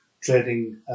trading